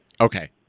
Okay